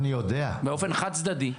באופן חד-צדדי.